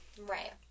Right